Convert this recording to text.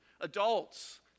adults